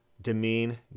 demean